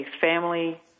family